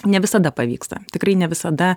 ne visada pavyksta tikrai ne visada